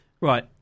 right